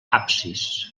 absis